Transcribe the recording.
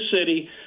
city